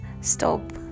stop